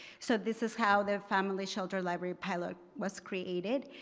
so this is how the family shelter library pilot was created.